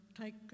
take